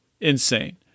insane